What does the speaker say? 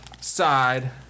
side